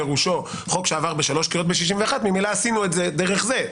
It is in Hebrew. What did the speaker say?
פירושו חוק שעבר בשלוש קריאות ב-61 ממילא עשינו את זה דרך זה.